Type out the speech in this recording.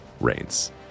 Reigns